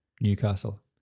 Newcastle